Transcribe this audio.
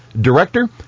Director